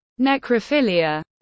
necrophilia